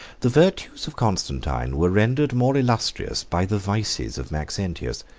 the virtues of constantine were rendered more illustrious by the vices of maxentius.